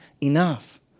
enough